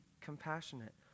compassionate